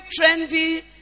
trendy